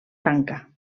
tanca